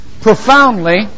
profoundly